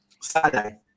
Saturday